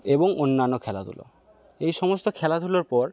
এবং অন্যান্য খেলাধুলো এইসমস্ত খেলাধুলোর পর